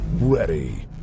ready